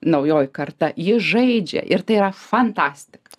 naujoji karta jie žaidžia ir tai yra fantastika